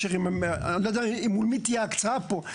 אני לא יודע מול מי תהיה ההקצאה פה,